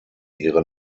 ihre